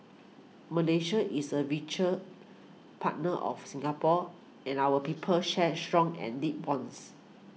Malaysia is a venture partner of Singapore and our peoples share strong and deep bonds